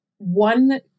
one